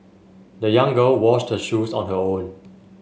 the young girl washed her shoes on her own